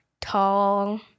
tall